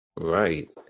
Right